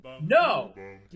No